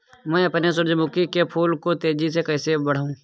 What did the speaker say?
मैं अपने सूरजमुखी के फूल को तेजी से कैसे बढाऊं?